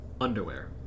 underwear